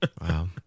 Wow